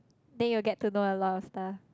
then you get to know a lot of stuff